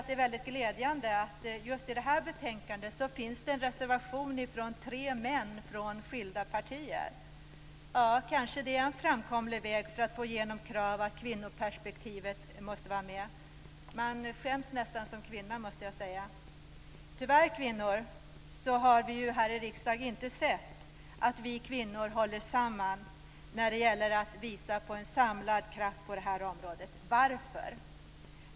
Det är väldigt glädjande att det just i det här betänkandet finns en reservation från tre män från skilda partier. Kanske det är en framkomlig väg för att få igenom krav på att kvinnoperspektivet måste vara med. Man skäms nästan som kvinna, måste jag säga. Tyvärr, kvinnor, har vi här i riksdagen inte sett att vi kvinnor håller samman när det gäller att visa på en samlad kraft på det här området. Varför?